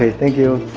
ah thank you!